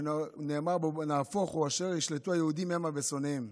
שנאמר בו "ונהפוך הוא אשר ישלטו היהודים המה בשנאיהם".